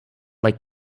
like